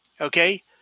Okay